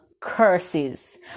curses